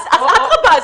אז אדרבה,